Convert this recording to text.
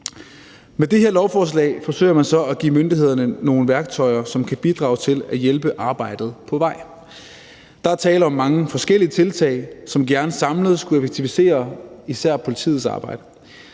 Med det her lovforslag forsøger man så at give myndighederne nogle værktøjer, som kan bidrage til at hjælpe arbejdet på vej. Der er tale om mange forskellige tiltag, som samlet set gerne skulle effektivisere især politiets arbejde.